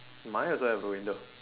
mine also have a window